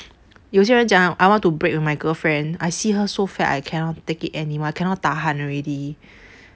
有些人讲 I want to break with my girlfriend I see her so fat I cannot take it anymore I cannot tahan already